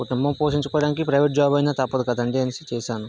కుటుంబం పోషించుకోడానికి private job అయినా తప్పదు కదండి అనేసి చేశాను